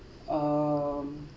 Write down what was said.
um